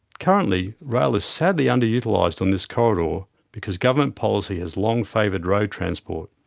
currently, rail is sadly under-utilised on this corridor because government policy has long favoured road transport.